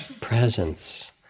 presence